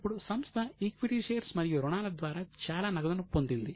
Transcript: ఇప్పుడు సంస్థ equity shares ఉంటుంది